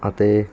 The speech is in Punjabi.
ਅਤੇ